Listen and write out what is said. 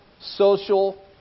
social